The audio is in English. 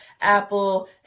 Apple